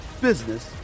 business